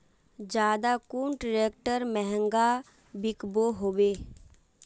ज्यादा कुन ट्रैक्टर महंगा बिको होबे?